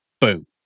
Boom